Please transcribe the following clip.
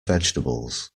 vegetables